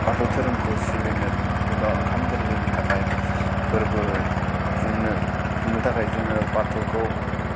बाथौ धोरोमखौ सिबिनो एबा ओंखाम गोरलैनि थाखाय फोर्बो खुंनो खुंनो थाखाय जोङो बाथौखौ